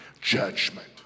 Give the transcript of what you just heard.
judgment